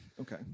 Okay